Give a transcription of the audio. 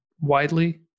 widely